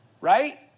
Right